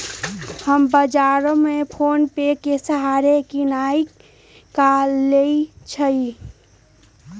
हम बजारो से फोनेपे के सहारे किनाई क लेईछियइ